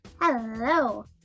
Hello